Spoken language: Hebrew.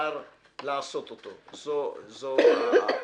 שאפשר לעשות אותו, זו הכוונה.